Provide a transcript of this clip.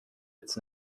its